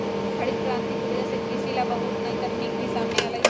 हरित करांति के वजह से कृषि ला बहुत नई तकनीक भी सामने अईलय है